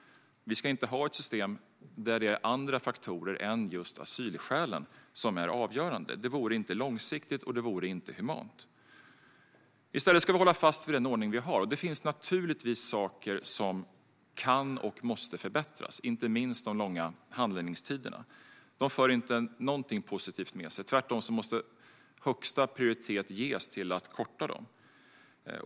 Vi ska inte ha ett system där det är andra faktorer än just asylskälen som är avgörande. Det vore inte långsiktigt och inte humant. I stället ska vi hålla fast vid den ordning som vi har. Det finns naturligtvis saker som kan och måste förbättras, inte minst de långa handläggningstiderna. De för inte någonting positivt med sig. Tvärtom måste högsta prioritet ges till att korta dem.